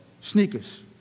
sneakers